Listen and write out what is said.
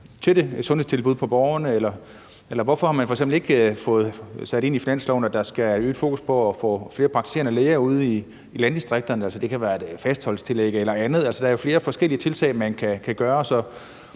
af sundhedstilbuddet tæt på borgerne. Og hvorfor har man f.eks. ikke fået sat ind i finansloven, at der skal øget fokus på at få flere praktiserende læger ude i landdistrikterne? Det kan være via et fastholdelsestillæg eller andet. Der er jo flere forskellige tiltag, man kan gøre. Så